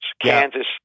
Kansas